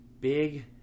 big